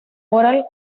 oral